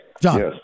John